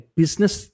business